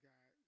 God